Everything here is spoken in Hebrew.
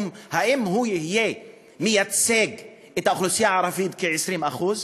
האם הוא ייצג את האוכלוסייה הערבית, כ-20%?